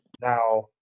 Now